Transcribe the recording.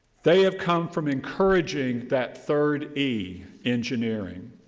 they have come from encourageing that third e, engineering.